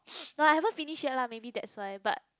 no I haven't finish yet lah maybe that's why but